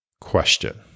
question